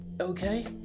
Okay